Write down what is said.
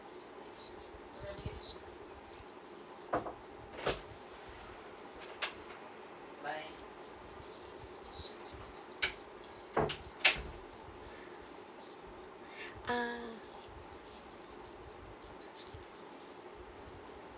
ah